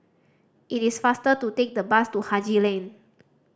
it is faster to take the bus to Haji Lane